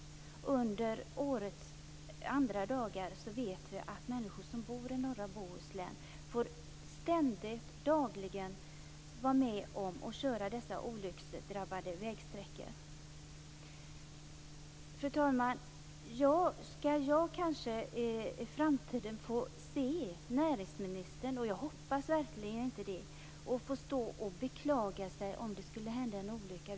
Under årets andra dagar vet vi att människor som bor i norra Bohuslän ständigt får vara med om att köra dessa olycksdrabbade vägsträckor. Fru talman! Skall jag kanske i framtiden få se näringsministern - och jag hoppas verkligen inte det - beklaga sig om det skulle hända en olycka?